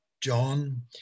John